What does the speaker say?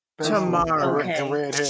tomorrow